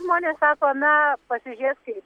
žmonės sako na pasižiūrės kaip